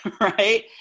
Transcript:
right